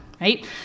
right